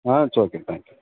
ah it's okay thank you